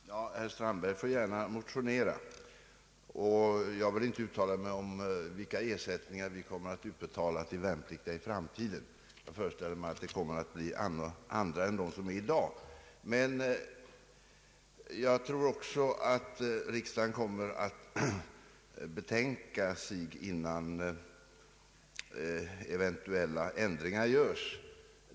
Herr talman! Herr Strandberg får gärna motionera. Jag vill inte uttala mig om vilka ersättningar vi kommer att utbetala till värnpliktiga i framtiden. Jag föreställer mig att det kommer att bli andra än de som ges i dag, men jag tror också att riksdagen kommer att betänka sig innan eventuella ändringar görs.